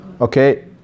Okay